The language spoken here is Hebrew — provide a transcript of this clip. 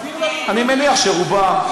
אני מניח שרובם,